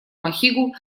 махигу